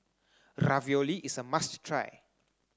Ravioli is a must try